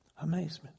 Amazement